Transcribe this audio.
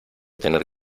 tener